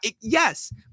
yes